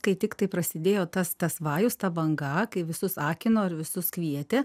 kai tiktai prasidėjo tas tas vajus ta banga kai visus akino ir visus kvietė